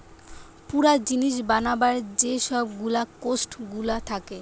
পুরা জিনিস বানাবার যে সব গুলা কোস্ট গুলা থাকে